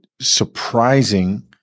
surprising